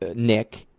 ah nick,